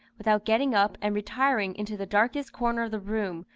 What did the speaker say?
without getting up and retiring into the darkest corner of the room,